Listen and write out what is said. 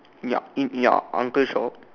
yup in ya uncle shop